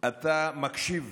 אתה מקשיב